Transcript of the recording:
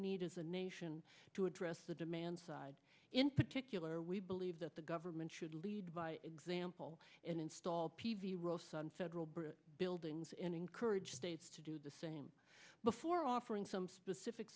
need as a nation to address the demand side in particular we believe that the government should lead by example and install pv roasts on several brick buildings and encourage states to do the same before offering some specific